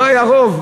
לא היה רוב.